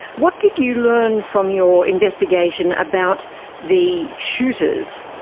what did you learn from your investigation about the shooters?